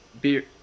Beer